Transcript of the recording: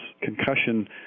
concussion